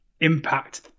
impact